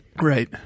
Right